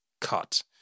cut